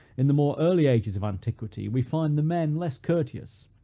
in the more early ages of antiquity, we find the men less courteous,